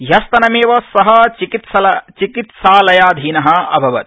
ह्यस्तनमेव स चिकित्सालयाधीन अभवत्